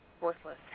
worthless